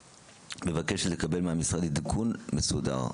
ומבקשת לקבל מהמשרד עדכון מסודר,